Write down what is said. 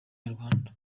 nyarwanda